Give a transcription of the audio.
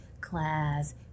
class